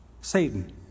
Satan